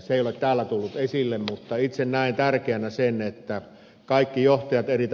se ei ole täällä tullut esille mutta itse näen niin että eri